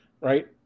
right